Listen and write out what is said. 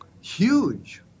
huge